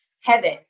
heaven